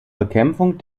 bekämpfung